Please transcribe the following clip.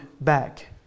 back